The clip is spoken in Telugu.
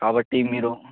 కాబట్టి మీరు